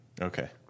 Okay